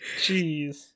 Jeez